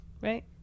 right